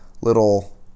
little